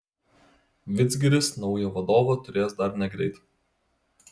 vidzgiris naują vadovą turės dar negreit